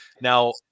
Now